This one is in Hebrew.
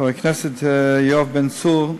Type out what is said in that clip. חבר הכנסת יואב בן צור,